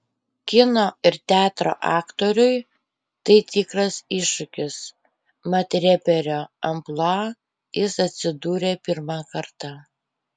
kino ir teatro aktoriui tai tikras iššūkis mat reperio amplua jis atsidūrė pirmą kartą